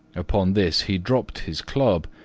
upon this he dropped his club,